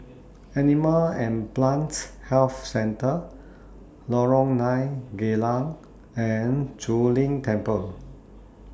Animal and Plants Health Centre Lorong nine Geylang and Zu Lin Temple